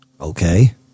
okay